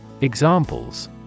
Examples